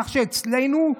כך שאצלנו,